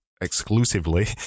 exclusively